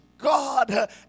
God